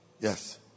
Yes